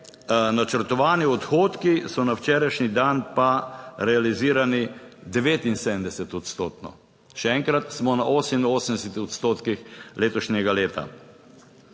načrtovani odhodki so na včerajšnji dan pa realizirani 79-odstotno, še enkrat, smo na 88 odstotkih letošnjega leta.